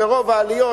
מרוב העליות,